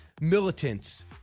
militants